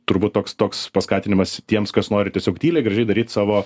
turbūt toks toks paskatinimas tiems kas nori tiesiog tyliai gražiai daryt savo